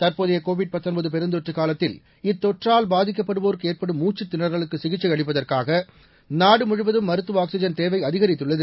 தற்போதைய கோவிட் பெருந்தொற்று காலத்தில் இத்தொற்றால் பாதிக்கப்படுவோருக்கு ஏற்படும் மூச்சுத்தின்றலுக்கு சிகிச்சை அளிப்பதற்காக நாடு முழுவதும் மருத்துவ ஆக்சிஜன் தேவை அதிகரித்துள்ளது